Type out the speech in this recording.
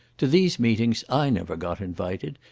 to these meetings i never got invited,